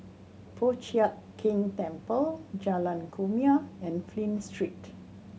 Po Chiak Keng Temple Jalan Kumia and Flint Street